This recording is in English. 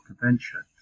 Convention